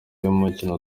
yumukino